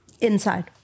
Inside